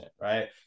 right